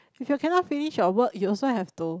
if you cannot finish your work you also have to